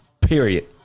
Period